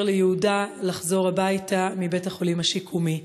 ליהודה לחזור הביתה מבית-החולים השיקומי.